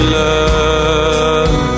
love